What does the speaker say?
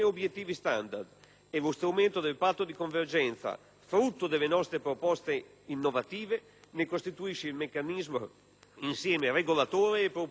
lo strumento del patto di convergenza, frutto delle nostre proposte innovative, ne costituisce il meccanismo insieme regolatore e propulsivo.